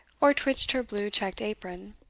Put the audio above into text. or twitched her blue checked apron.